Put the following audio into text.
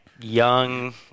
young